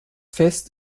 fest